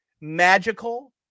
magical